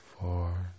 four